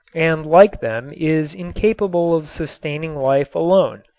and like them is incapable of sustaining life alone,